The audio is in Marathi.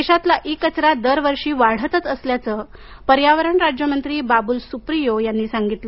देशातला इ कचरा दरवर्षी वाढतच असल्याचं पर्यावरण राज्यमंत्री बाबुल सुप्रियो यांनी सांगितलं